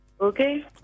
Okay